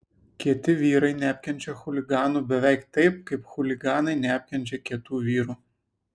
kieti vyrai neapkenčia chuliganų beveik taip kaip chuliganai neapkenčia kietų vyrų